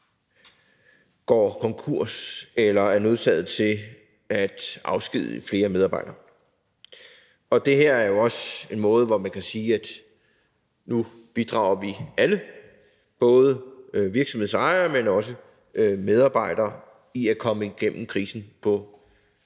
går konkurs eller er nødsaget til at afskedige flere medarbejdere. Det her er jo også en måde, hvorpå man kan sige, at nu bidrager vi alle, både virksomhedsejere, men også medarbejdere, til at komme igennem krisen på bedste